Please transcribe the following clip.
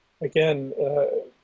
Again